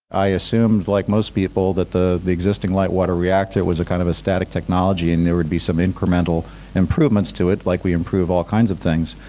i assumed, like most people, the the existing light water reactor was a kind of static technology, and there would be some incremental improvements to it like we improve all kinds of things,